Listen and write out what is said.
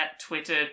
Twitter